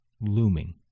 looming